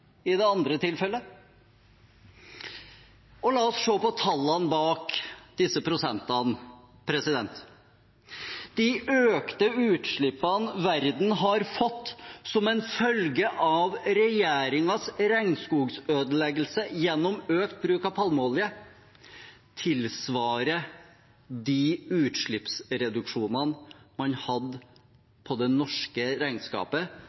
i det andre tilfellet? La oss se på tallene bak disse prosentene. De økte utslippene verden har fått som en følge av regjeringens regnskogsødeleggelse gjennom økt bruk av palmeolje, tilsvarer de utslippsreduksjonene man hadde på det norske regnskapet